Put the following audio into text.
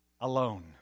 Alone